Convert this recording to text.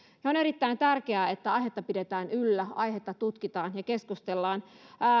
on erittäin tärkeää että aihetta pidetään yllä aihetta tutkitaan ja keskustellaan